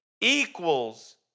equals